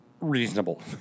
reasonable